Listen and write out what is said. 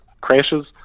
crashes